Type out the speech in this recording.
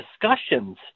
discussions